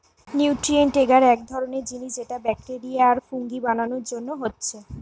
nutrient agar এক ধরণের জিনিস যেটা ব্যাকটেরিয়া আর ফুঙ্গি বানানার জন্যে হচ্ছে